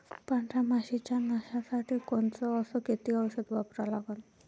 पांढऱ्या माशी च्या नाशा साठी कोनचं अस किती औषध वापरा लागते?